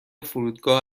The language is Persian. فرودگاه